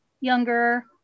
younger